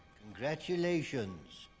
congratulations.